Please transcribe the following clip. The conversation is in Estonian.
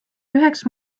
üheks